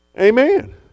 Amen